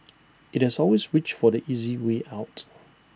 IT has always reached for the easy way out